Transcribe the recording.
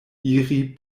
iri